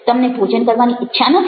તમને ભોજન કરવાની ઈચ્છા નથી